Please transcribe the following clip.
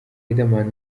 riderman